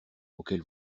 auquel